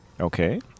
okay